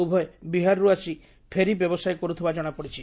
ଉଭୟ ବିହାରରୁ ଆସି ଫେରି ବ୍ୟବସାୟ କରୁଥିବା ଜଣାପଡ଼ିଛି